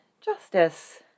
justice